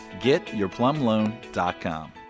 GetYourPlumLoan.com